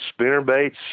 spinnerbaits